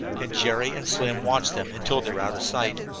and jerry and slim watched them until they were out of sight.